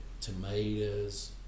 tomatoes